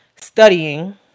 studying